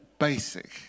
Basic